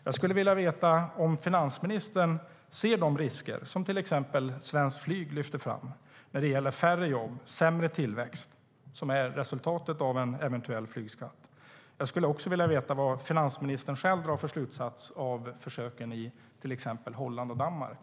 Jag skulle vilja veta om finansministern ser de risker som till exempel Svenskt Flyg lyfter fram vad gäller färre jobb och sämre tillväxt som ett resultat av en eventuell flygskatt. Jag skulle också vilja veta vad finansministern drar för slutsats av försöken med flygskatt i till exempel Holland och Danmark.